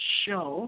show